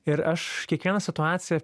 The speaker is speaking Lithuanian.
ir aš kiekvieną situaciją